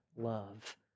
love